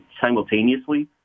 simultaneously